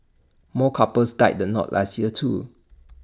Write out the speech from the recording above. more couples tied the knot last year too